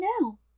now